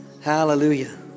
Hallelujah